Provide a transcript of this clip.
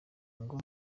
ngo